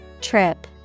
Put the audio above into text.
Trip